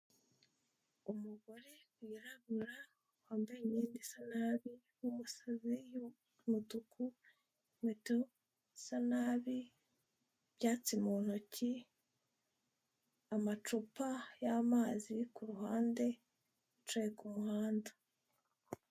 Umugore wirabura wambaye imyenda isa nabi nk'umusazi y'umutuku, ikweto zisa nabi, ibyatsi mu ntoki, amacupa y'amazi ku ruhande; yicaye ku muhanda.